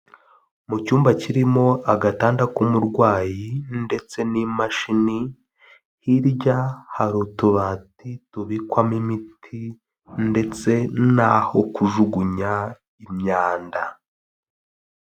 Mu cyumba kirimo agatanda k'umurwayi ndetse n'imashini, hirya hari utubati tubikwamo imiti ndetse n'aho kujugunya imyanda.